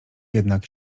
jednak